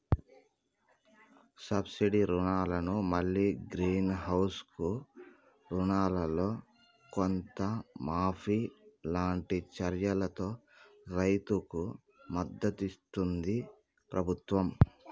subsidy రుణాలను మల్లి green house కు రుణాలల్లో కొంత మాఫీ లాంటి చర్యలతో రైతుకు మద్దతిస్తుంది ప్రభుత్వం